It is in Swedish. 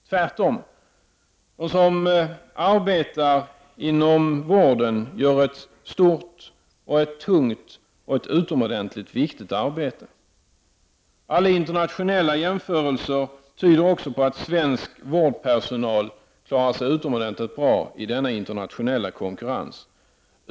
Tvärtom, de som arbetar inom vården gör ett stort, tungt och ett utomordentligt viktigt arbete. Alla internationella jämförelser tyder också på att svensk vårdpersonal klarar sig bra i en internationell konkurrens.